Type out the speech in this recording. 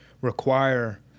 require